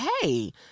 hey